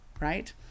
right